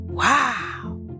Wow